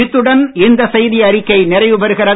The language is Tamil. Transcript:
இத்துடன் இந்த செய்தி அறிக்கை நிறைவுபெறுகிறது